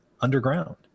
underground